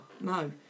no